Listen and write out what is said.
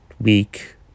week